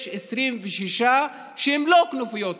יש 26 שהם לא כנופיות פשע,